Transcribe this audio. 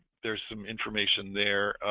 there's some information there